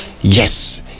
yes